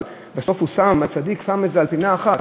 אבל בסוף הצדיק שם את ראשו על פינה אחת,